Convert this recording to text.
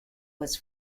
was